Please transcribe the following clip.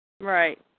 Right